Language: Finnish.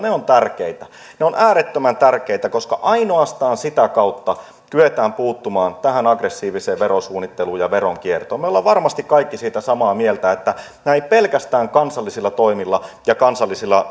ovat tärkeitä ne ovat äärettömän tärkeitä koska ainoastaan sitä kautta kyetään puuttumaan tähän aggressiiviseen verosuunnitteluun ja veronkiertoon me olemme varmasti kaikki samaa mieltä siitä ettei pelkästään kansallisilla toimilla ja kansallisilla